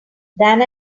than